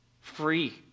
Free